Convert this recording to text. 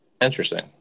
Interesting